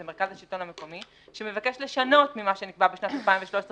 זה מרכז השלטון המקומי שמבקש לשנות ממה שנקבע בשנת 2013,